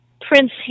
Prince